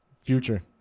Future